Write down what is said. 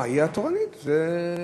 היא התורנית, זה דיון.